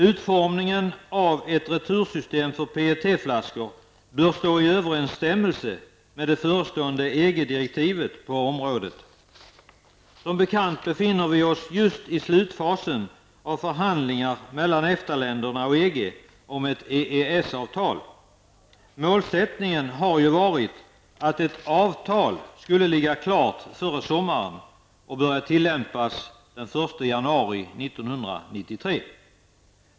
Utformningen av ett retursystem för PET-flaskor bör stå i överensstämmelse med det förestående EG direktivet på området. Som bekant befinner vi oss just i slutfasen av förhandlingar mellan EFTA länderna och EG om ett EES-avtal. Målet har ju varit att ett avtal skulle ligga klart före sommaren och börja tillämpas den 1 januari 1993.